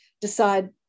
decide